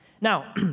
Now